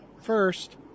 first